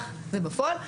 כך זה בפועל.